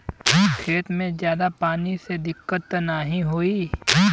खेत में ज्यादा पानी से दिक्कत त नाही होई?